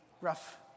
rough